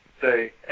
say